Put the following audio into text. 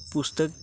पुस्तक